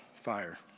fire